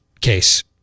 case